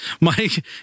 Mike